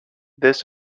this